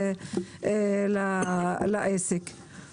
לעסק?